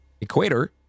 equator